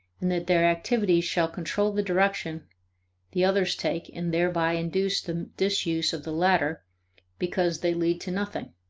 and that their activity shall control the direction the others take and thereby induce the disuse of the latter because they lead to nothing.